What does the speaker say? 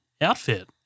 outfit